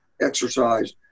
exercise